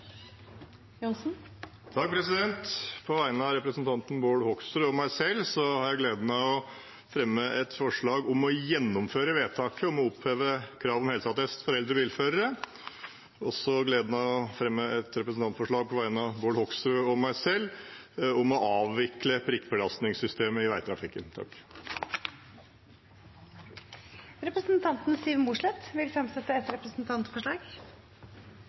På vegne av representanten Bård Hoksrud og meg selv har jeg gleden av å fremme et forslag om å gjennomføre vedtaket om å oppheve krav om helseattest for eldre bilførere. Jeg har også gleden av å fremme et representantforslag på vegne av Bård Hoksrud og meg selv om å avvikle prikkbelastningssystemet i veitrafikken. Representanten Siv Mossleth vil fremsette et representantforslag.